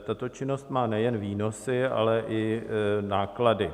Tato činnost má nejen výnosy, ale i náklady.